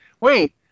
Wait